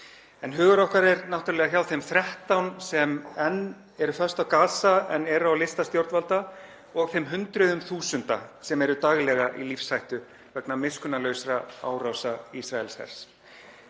En hugur okkar er náttúrlega hjá þeim 13 sem enn eru föst á Gaza en eru á lista stjórnvalda, og þeim hundruðum þúsunda sem eru daglega í lífshættu vegna miskunnarlausra árása Ísraelshers.